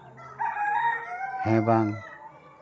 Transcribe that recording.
ᱦᱮᱸ ᱵᱟᱝ